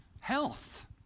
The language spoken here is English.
health